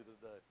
today